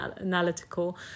analytical